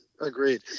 Agreed